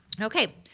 Okay